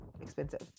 expensive